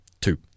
Two